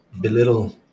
Belittle